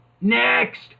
Next